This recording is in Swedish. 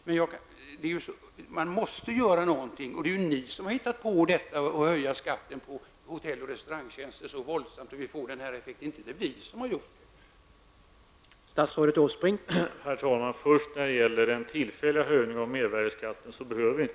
Man måste emellertid göra någonting, och det är ni som har hittat på att höja skatten på hotell och restaurangtjänster så oerhört att det blir den här effekten. Det är alltså inte vi som har gjort det.